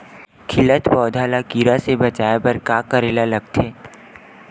खिलत पौधा ल कीरा से बचाय बर का करेला लगथे?